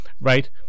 right